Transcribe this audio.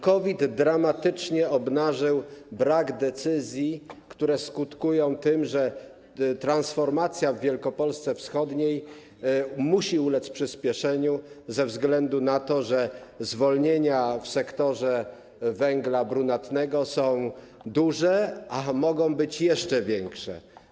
COVID dramatycznie obnażył brak decyzji, który skutkuje tym, że transformacja w Wielkopolsce wschodniej musi ulec przyspieszeniu ze względu na to, że zwolnienia w sektorze węgla brunatnego są duże, a mogą być jeszcze większe.